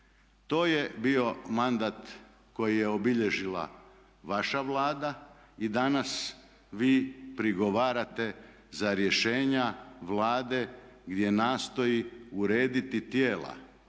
To je bio mandat koji je obilježila vaša Vlada i danas vi prigovarate za rješenja Vlade gdje nastoji urediti tijela